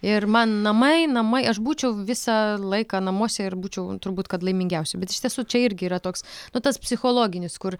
ir man namai namai aš būčiau visą laiką namuose ir būčiau turbūt kad laimingiausia bet iš tiesų čia irgi yra toks nu tas psichologinis kur